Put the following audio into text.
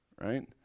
right